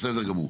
בסדר גמור.